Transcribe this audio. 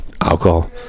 alcohol